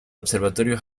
observatorio